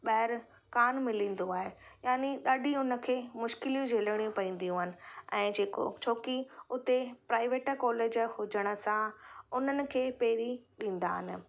ॿाहिरि कान मिलंदो आहे यानी ॾाढी उन खे मुश्किलियूं झेलणियूं पवंदियूं आहिनि ऐं जेको छोकी उते प्राइवेट कॉलेज हुजण सां उन्हनि खे पहिरीं ॾींदा आहिनि